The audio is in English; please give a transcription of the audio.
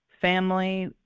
family